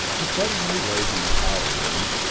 the thudding relays in the power room,